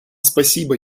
спасибо